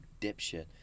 dipshit